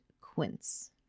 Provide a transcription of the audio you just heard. Quince